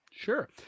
Sure